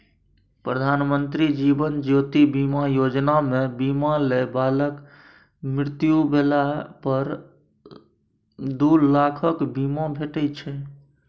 प्रधानमंत्री जीबन ज्योति बीमा योजना मे बीमा लय बलाक मृत्यु भेला पर दु लाखक बीमा भेटै छै